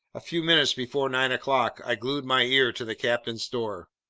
a few minutes before nine o'clock, i glued my ear to the captain's door.